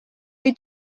või